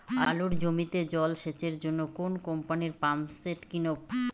আলুর জমিতে জল সেচের জন্য কোন কোম্পানির পাম্পসেট কিনব?